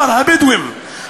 שר הבדואים,